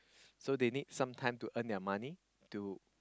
so they need some time to earn their money to